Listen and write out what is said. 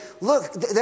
look